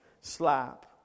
Slap